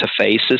interfaces